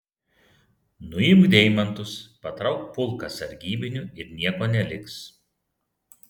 nuimk deimantus patrauk pulką sargybinių ir nieko neliks